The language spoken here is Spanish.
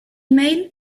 mail